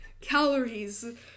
calories